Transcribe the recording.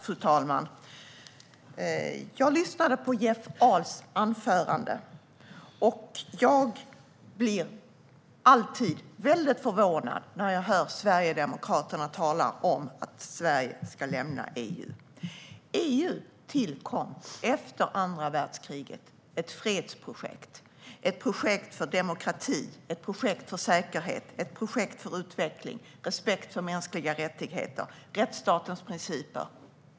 Fru talman! Jag lyssnade på Jeff Ahls anförande. Jag blir alltid väldigt förvånad när jag hör Sverigedemokraterna tala om att Sverige ska lämna EU. EU tillkom efter andra världskriget. Det är ett fredsprojekt, ett projekt för demokrati, ett projekt för säkerhet och ett projekt för utveckling och respekt för mänskliga rättigheter och rättsstatens principer.